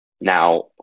Now